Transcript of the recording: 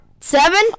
Seven